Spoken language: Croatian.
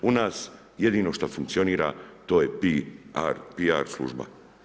Kod nas, jedino što funkcionira, to je PR služba.